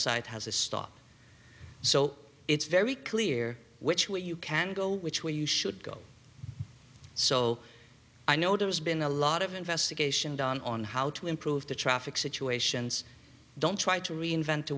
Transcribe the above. side has a stop so it's very clear which way you can go which way you should go so i know there's been a lot of investigation done on how to improve the traffic situations don't try to reinvent the